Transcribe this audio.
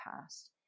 past